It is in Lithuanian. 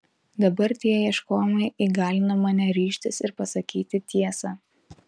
dabar tie ieškojimai įgalino mane ryžtis ir pasakyti tiesą